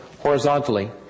horizontally